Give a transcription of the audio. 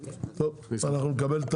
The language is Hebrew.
טוב, אנחנו נקבל את